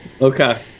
Okay